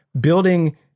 building